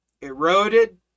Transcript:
eroded